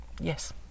yes